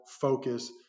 focus